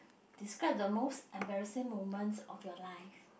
describe the most embarrassing moment of your life